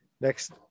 next